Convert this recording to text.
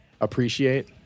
appreciate